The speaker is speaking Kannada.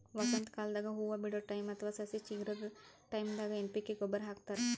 ವಸಂತಕಾಲದಾಗ್ ಹೂವಾ ಬಿಡೋ ಟೈಮ್ ಅಥವಾ ಸಸಿ ಚಿಗರದ್ ಟೈಂದಾಗ್ ಎನ್ ಪಿ ಕೆ ಗೊಬ್ಬರ್ ಹಾಕ್ತಾರ್